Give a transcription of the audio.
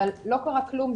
אבל לא קרה כלום,